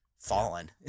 fallen